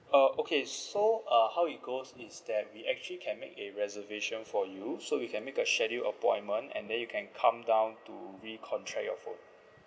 uh okay so uh how it goes is that we actually can make a reservation for you so we can make a schedule appointment and then you can come down to recontract your phone